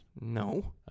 no